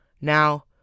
Now